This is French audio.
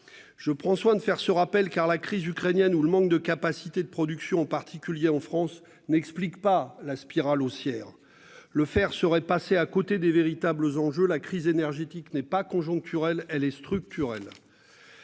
Je prends soin de faire ce rappel car la crise ukrainienne ou le manque de capacité de production, en particulier en France n'explique pas la spirale haussière le faire serait passé à côté des véritables enjeux, la crise énergétique n'est pas conjoncturelle elle est structurelle.